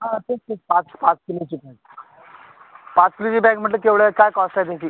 हां तेच तेच पाच पाच किलोची बॅग पाच किलोची बॅग म्हटलं केवढं आहे काय कॉस्ट आहे त्याची